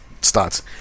starts